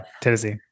tennessee